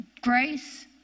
grace